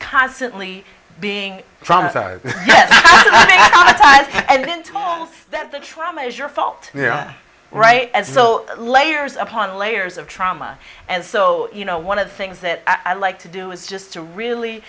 constantly being from afar and been told that the trauma is your fault right and so layers upon layers of trauma and so you know one of the things that i like to do is just to really